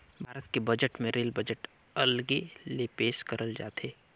भारत के बजट मे rail budget अलगे ले पेस करल जाथे